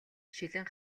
шилэн